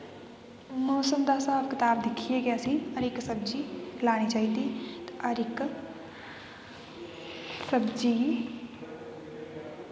मौसम दा हिसाब कताब दिक्खियै गै अस हर इक सब्जी लानी चाही दी ते हर इक सब्जी गी